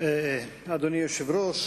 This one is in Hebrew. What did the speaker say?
אדוני היושב-ראש,